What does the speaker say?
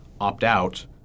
opt-out